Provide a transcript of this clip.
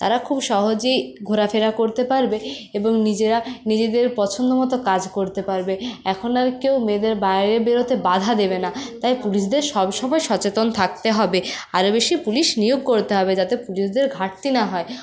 তারা খুব সহজেই ঘোরাফেরা করতে পারবে এবং নিজেরা নিজেদের পছন্দমতো কাজ করতে পারবে এখন আর কেউ মেয়েদের বাইরে বেরোতে বাধা দেবে না তাই পুলিশদের সবসময় সচেতন থাকতে হবে আরও বেশি পুলিশ নিয়োগ করতে হবে যাতে পুলিশদের ঘাটতি না হয়